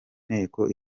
nteko